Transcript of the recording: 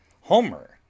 Homer